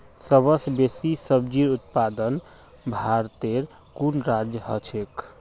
सबस बेसी सब्जिर उत्पादन भारटेर कुन राज्यत ह छेक